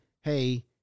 hey